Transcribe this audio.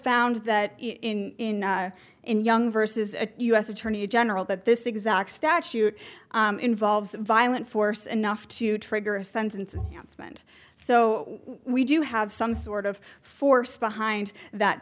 found that in and young versus a u s attorney general that this exact statute involves violent force enough to trigger a sentence spent so we do have some sort of force behind that